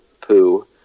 poo